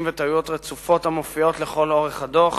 וטעויות רצופות המופיעות לכל אורך הדוח,